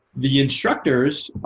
the instructors,